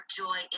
joy